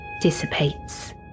dissipates